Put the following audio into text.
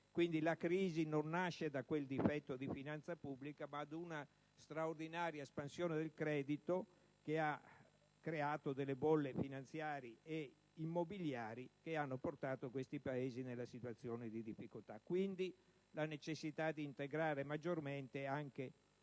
quindi la crisi non nasce da quel difetto di finanza pubblica, ma da una straordinaria espansione del credito che ha creato delle bolle finanziarie e immobiliari che hanno portato questi Paesi in una situazione di difficoltà. Vi è quindi la necessità di integrare maggiormente anche